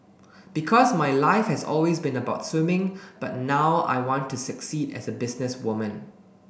because my life has always been about swimming but now I want to succeed as a businesswoman